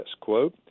quote